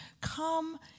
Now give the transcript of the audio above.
Come